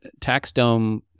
TaxDome